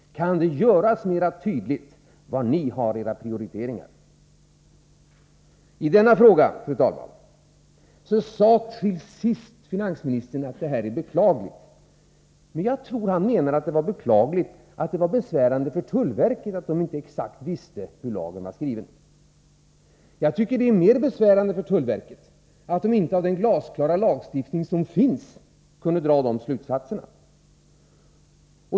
Kan det göras mera tydligt var ni har era prioriteringar? I denna fråga, fru talman, sade till sist finansministern att det här var beklagligt. Men jag tror att han menade att det beklagliga var att det var besvärande för tullverket att man inte exakt visste hur lagen var skriven. Jag tycker att det är mer besvärande för tullverket att man inte av den glasklara lagstiftning som finns kunde dra de rätta slutsatserna.